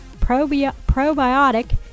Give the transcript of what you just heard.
probiotic